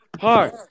hard